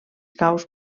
caus